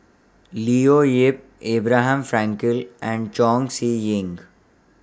Leo Yip Abraham Frankel and Chong Siew Ying